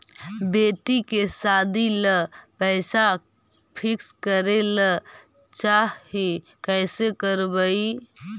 बेटि के सादी ल पैसा फिक्स करे ल चाह ही कैसे करबइ?